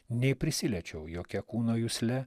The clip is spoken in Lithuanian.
nei prisiliečiau jokia kūno jusle